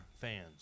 fans